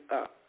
up